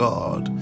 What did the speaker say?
God